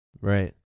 Right